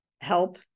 help